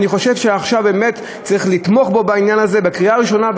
אני חושב שעכשיו באמת צריך לתמוך בו בעניין הזה בקריאה ראשונה,